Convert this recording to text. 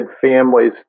families